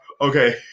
Okay